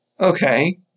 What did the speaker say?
okay